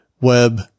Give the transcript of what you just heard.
web